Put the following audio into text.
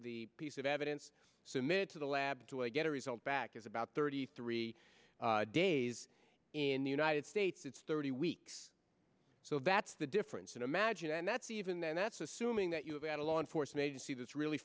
the piece of evidence submitted to the lab to i get a result back is about thirty three days in the united states it's thirty weeks so that's the difference in imagine and that's even that's assuming that you had a law enforcement agency that's really